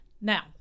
Now